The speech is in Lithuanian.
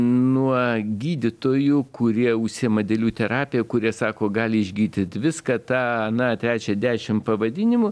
nuo gydytojų kurie užsiima dėlių terapija kurie sako gali išgydyt viską tą aną trečią dešim pavadinimų